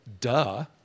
Duh